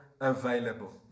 available